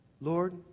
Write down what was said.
Lord